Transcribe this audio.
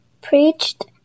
preached